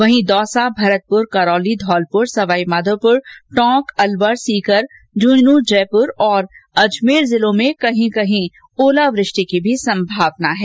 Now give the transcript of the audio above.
वहीं दौसा भरतपुर करौली धौलपुर सवाईमाधोपुर टोंक अलवर सीकर झुंझुनू जयपुर अजमेर जिलों में कहीं कहीं ओलावृष्टि की भी संभावना है